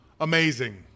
Amazing